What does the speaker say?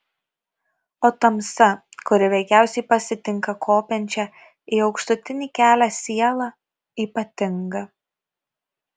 o tamsa kuri veikiausiai pasitinka kopiančią į aukštutinį kelią sielą ypatinga